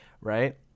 right